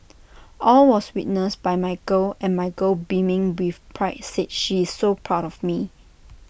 all was witnessed by my girl and my girl beaming with pride said she is so proud of me